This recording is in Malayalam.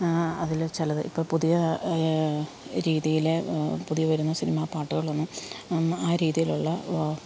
അതിൽ ചിലത് ഇപ്പോൾ പുതിയ രീതിയിൽ പുതിയ വരുന്ന സിനിമ പാട്ടുകളൊന്നും ആ രീതിയിലുള്ള ഓ